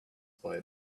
why